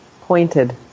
pointed